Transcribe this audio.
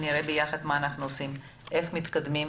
ונראה יחד מה אנחנו עושים ואיך מתקדמים.